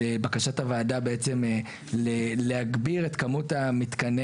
בקשת הוועדה בעצם להגביר את כמות מתקני